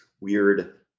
weird